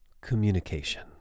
Communication